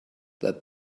that